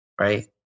right